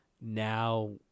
now